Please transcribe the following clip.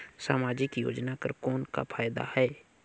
समाजिक योजना कर कौन का फायदा है?